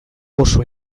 oso